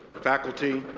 faculty,